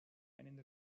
einen